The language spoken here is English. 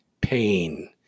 Pain